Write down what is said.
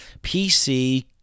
PC